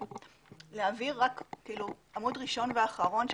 חושבים שלהעביר רק עמוד ראשון ואחרון,